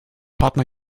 partner